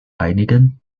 einigen